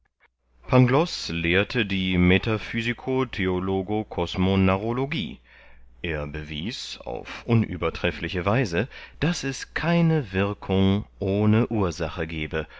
pangloß lehrte die metaphysikotheologokosmonarrologie er bewies auf unübertreffliche weise daß es keine wirkung ohne ursache gebe